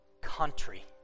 country